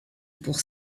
pour